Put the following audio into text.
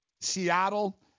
Seattle